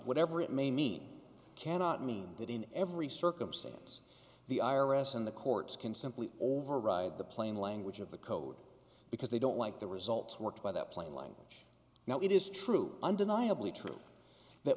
whatever it may mean cannot mean that in every circumstance the i r s and the courts can simply override the plain language of the code because they don't like the results worked by that plain language now it is true undeniably true that